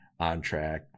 OnTrack